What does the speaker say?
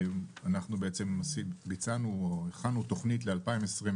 אנחנו הכנו תוכנית ל-2022,